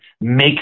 make